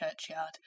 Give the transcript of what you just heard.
churchyard